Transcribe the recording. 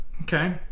okay